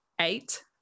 eight